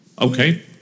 Okay